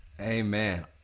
Amen